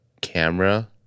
camera